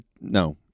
No